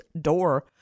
door